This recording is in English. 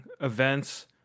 events